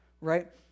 right